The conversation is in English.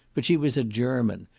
but she was a german,